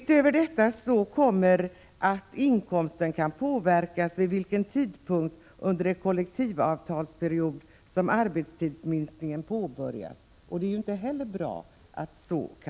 Till detta kommer att inkomsten kan påverkas av vid vilken tidpunkt under en kollektivavtalsperiod som arbetstidsminskningen påbörjas, och det är inte heller bra.